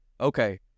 okay